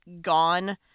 Gone